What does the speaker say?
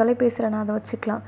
தொலைபேசியில நான் அதை வச்சிக்கலாம்